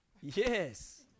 Yes